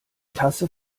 tasse